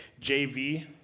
JV